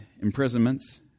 imprisonments